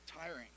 tiring